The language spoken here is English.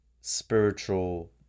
spiritual